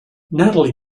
natalie